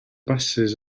basys